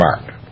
mark